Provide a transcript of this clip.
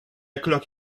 clock